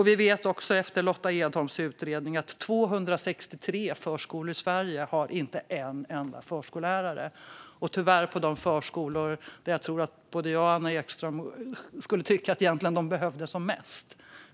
Vi vet också efter Lotta Edholms utredning att 263 förskolor i Sverige inte har en enda förskollärare, och tyvärr på de förskolor där jag tror att både jag och Anna Ekström skulle tycka att de egentligen behövs som mest.